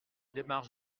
démarche